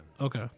Okay